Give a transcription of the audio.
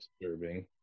disturbing